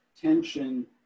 tension